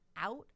out